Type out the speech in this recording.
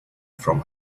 from